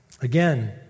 Again